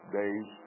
days